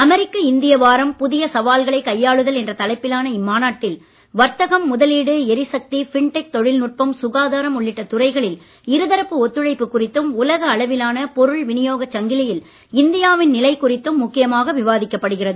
அமெரிக்க இந்திய வாரம் புதிய சவால்களை கையாளுதல் என்ற தலைப்பிலான இம்மாநாட்டில் வர்த்தகம் முதலீடு எரிசக்தி ஃபின்டெக் தொழில்நுட்பம் சுகாதாரம் உள்ளிட்ட துறைகளில் இருதரப்பு ஒத்துழைப்பு குறித்தும் உலக அளவிலான பொருள் விநியோகச் சங்கிலியில் இந்தியாவின் நிலை குறித்தும் முக்கியமாக விவாதிக்கப்படுகிறது